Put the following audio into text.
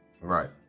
Right